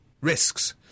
risks